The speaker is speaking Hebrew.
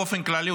באופן כללי,